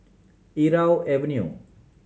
Irau Avenue